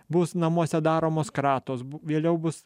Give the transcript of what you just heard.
bus namuose daromos kratos bu vėliau bus